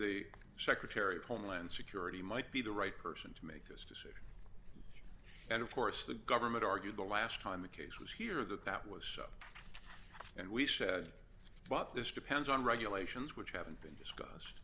the secretary of homeland security might be the right person to make this disk and of course the government argued the last time the case was here that that was so and we said about this depends on regulations which haven't been discussed